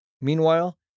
Meanwhile